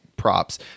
Props